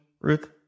Ruth